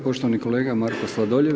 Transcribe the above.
Poštovani kolega Marko Sladoljev.